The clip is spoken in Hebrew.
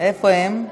איפה הם?